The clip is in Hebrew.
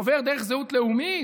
עובר דרך זהות לאומית,